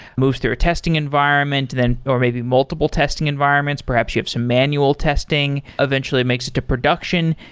moves through a testing environment, then or maybe multiple testing environments, perhaps you have some manual testing. eventually makes it to production.